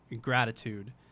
gratitude